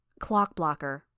Clockblocker